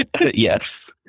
Yes